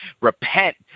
Repent